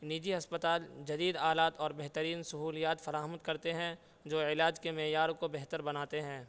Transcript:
نجی ہسپتال جدید آلات اور بہترین سہولیات فراہم کرتے ہیں جو علاج کے معیار کو بہتر بناتے ہیں